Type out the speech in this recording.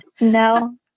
No